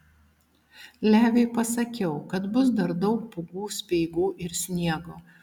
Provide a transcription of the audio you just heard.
leviui pasakiau kad bus dar daug pūgų speigų ir sniego